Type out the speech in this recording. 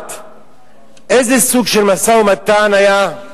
לדעת איזה סוג של משא-ומתן היה?